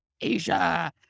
Asia